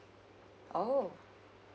oh